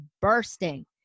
bursting